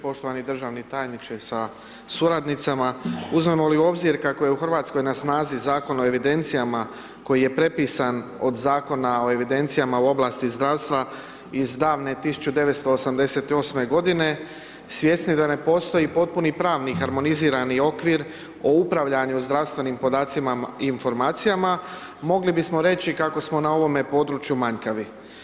Poštovani državni tajniče sa suradnicama, uzmemo li u obzir kako je u RH na snazi Zakon o evidencijama koji je prepisan od Zakona o evidencijama u oblasti zdravstva iz davne 1988.-me godine, svjesni da ne postoji potpuni pravni harmonizirani okvir o upravljanju zdravstvenim podacima i informacijama, mogli bismo reći kako smo na ovome području manjkavi.